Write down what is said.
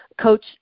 Coach –